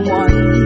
one